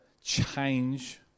change